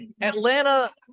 Atlanta